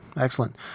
Excellent